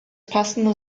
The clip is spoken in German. passende